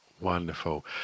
wonderful